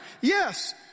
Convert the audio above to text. Yes